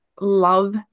love